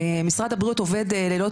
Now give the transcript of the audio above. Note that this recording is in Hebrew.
משרד הבריאות עובד לילות